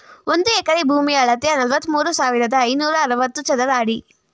ಒಂದು ಎಕರೆ ಭೂಮಿಯ ಅಳತೆ ನಲವತ್ಮೂರು ಸಾವಿರದ ಐನೂರ ಅರವತ್ತು ಚದರ ಅಡಿ